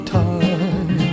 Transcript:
time